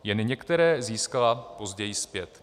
Jen některé získala později zpět.